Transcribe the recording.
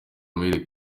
muhire